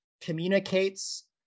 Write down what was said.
communicates